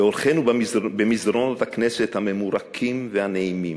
בהולכנו במסדרונות הכנסת הממורקים והנעימים,